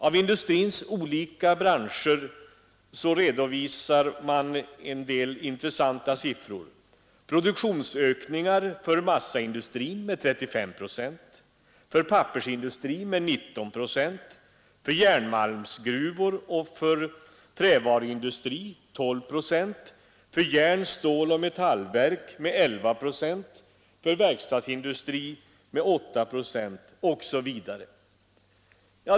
Från industrins olika branscher redovisas en del intressanta siffror: produktionsökningar för massaindustrin med 35 procent, för pappersindustrin med 19 procent, för järnmalmsgruvor och trävaruindustri med 12 procent, för järn-, ståloch metallverk med 11 procent, för verkstadsindustri med 8 procent osv.